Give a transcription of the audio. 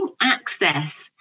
access